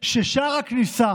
ש"שער הכניסה"